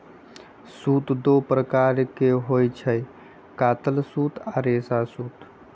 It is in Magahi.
सूत दो प्रकार के होई छई, कातल सूत आ रेशा सूत